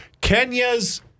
Kenya's